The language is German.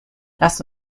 lass